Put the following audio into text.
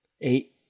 Eight